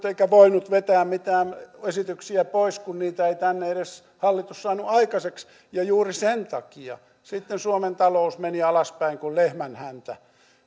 eikä voinut vetää mitään esityksiä pois kun niitä ei hallitus tänne edes saanut aikaiseksi ja juuri sen takia sitten suomen talous meni alaspäin kuin lehmän häntä